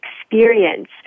experience